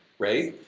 right?